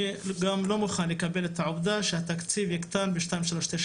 אני לא מוכן לקבל את העובדה שהתקציב יקטן ב-2397.